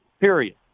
Period